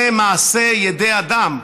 זה מעשה ידי אדם,